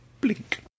Blink